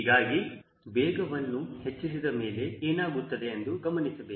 ಹೀಗಾಗಿ ವೇಗವನ್ನು ಹೆಚ್ಚಿಸಿದ ಮೇಲೆ ಏನಾಗುತ್ತದೆ ಎಂದು ಗಮನಿಸಬೇಕು